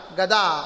Gada